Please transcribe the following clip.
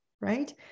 right